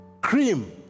Cream